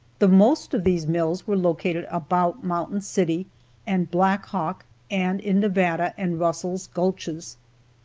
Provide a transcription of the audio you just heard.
the most of these mills were located about mountain city and blackhawk and in nevada and russell's gulches.